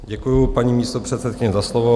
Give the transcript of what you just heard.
Děkuji, paní místopředsedkyně, za slovo.